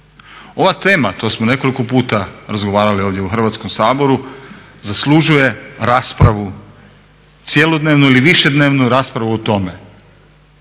Ova tema, to smo nekoliko puta razgovarali ovdje u Hrvatskom saboru, zaslužuje raspravu cjelodnevnu ili višednevnu raspravu o tome